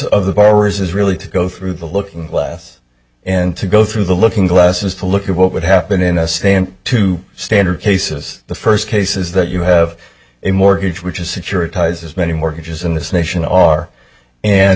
of the borrowers is really to go through the looking glass and to go through the looking glasses to look at what would happen in a stand two standard cases the first case is that you have a mortgage which is securitized as many mortgages in this nation are and